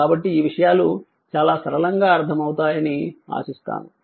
కాబట్టి ఈ విషయాలు చాలా సరళంగా అర్ధమవుతాయని ఆశిస్తాను